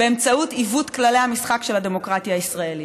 באמצעות עיוות כללי המשחק של הדמוקרטיה הישראלית.